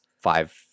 five